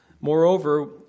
Moreover